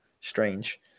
strange